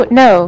no